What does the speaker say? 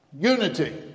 Unity